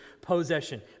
possession